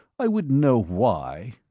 i wouldn't know why.